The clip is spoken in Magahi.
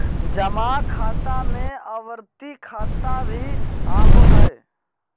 जमा खाता में आवर्ती खाता भी आबो हइ